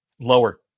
lower